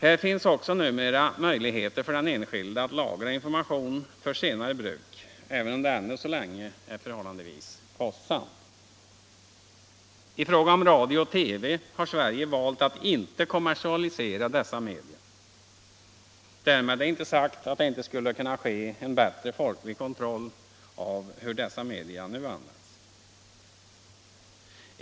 Här finns också numera möjlighet för den enskilde att lagra informationen för senare bruk, även om det ännu så länge är förhållandevis kostsamt. I fråga om radio och TV har Sverige valt att inte kommersialisera dessa media. Därmed är inte sagt att det inte skulle kunna ske en bättre folklig kontroll av hur dessa media nu används.